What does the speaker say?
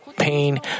pain